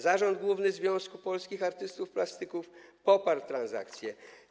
Zarząd Główny Związku Polskich Artystów Plastyków poparł transakcję.